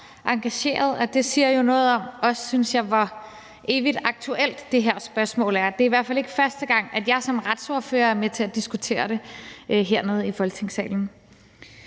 engagerede. Det synes jeg jo også siger noget om, hvor evigt aktuelt det her spørgsmål er. Det er i hvert fald ikke første gang, at jeg som retsordfører er med til at diskutere det hernede i Folketingssalen.